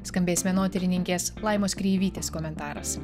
skambės menotyrininkės laimos kreivytės komentaras